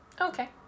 Okay